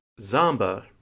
Zamba